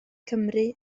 cymru